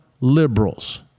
liberals